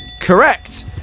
correct